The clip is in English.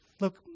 Look